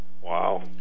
Wow